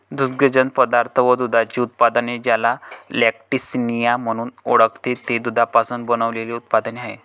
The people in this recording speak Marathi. दुग्धजन्य पदार्थ व दुधाची उत्पादने, ज्याला लॅक्टिसिनिया म्हणून ओळखते, ते दुधापासून बनविलेले उत्पादने आहेत